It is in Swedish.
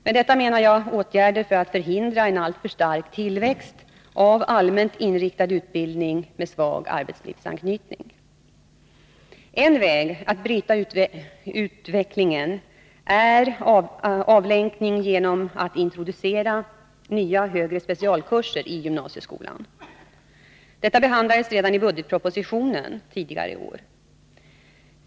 Med detta menar jag åtgärder för att förhindra en alltför stark tillväxt av allmänt inriktad utbildning med svag arbetslivsanknytning. En väg att bryta utvecklingen är avlänkning genom att introducera nya högre specialkurser i gymnasieskolan. Detta behandlades redan i budgetpropositionen tidigare i år.